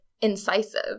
incisive